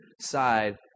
side